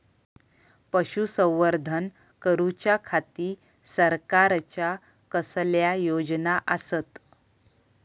पशुसंवर्धन करूच्या खाती सरकारच्या कसल्या योजना आसत?